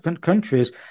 countries